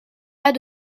pas